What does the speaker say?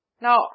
Now